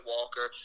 Walker